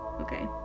okay